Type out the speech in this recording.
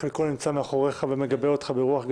חלקו נמצא מאחוריך ומגבה אותך ברוח גבית,